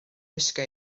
gwisgo